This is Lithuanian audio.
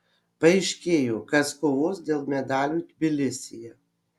paaiškėjo kas kovos dėl medalių tbilisyje